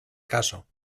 caso